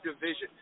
division